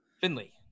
Finley